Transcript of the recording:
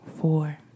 four